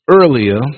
earlier